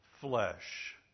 flesh